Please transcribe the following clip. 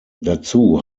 dazu